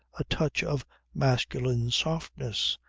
a touch of masculine softness,